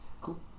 cool